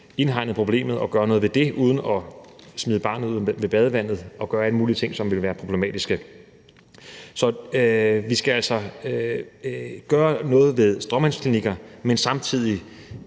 indhegnet problemet og gøre noget ved det uden at smide barnet ud med badevandet og gøre alle mulige ting, som ville være problematiske. Så vi skal altså gøre noget ved stråmandsklinikker, men samtidig